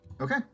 Okay